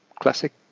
Classic